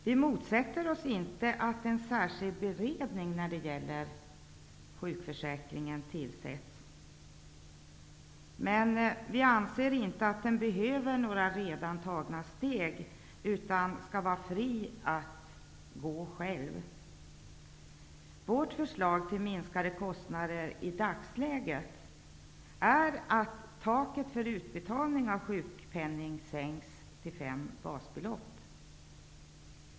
Vi motsätter oss inte att en särskild beredning när det gäller sjukförsäkringen tillsätts, men vi anser att den inte behöver följa några redan tagna steg, utan den skall vara fri att så att säga gå själv. Vårt förslag till minskade kostnader i dagsläget är att taket för utbetalning av sjukpenning sänks till fem basbelopp.